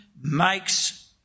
makes